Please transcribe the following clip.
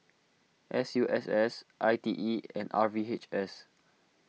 S U S S I T E and R V H S